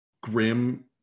grim